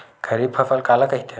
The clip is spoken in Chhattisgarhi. खरीफ फसल काला कहिथे?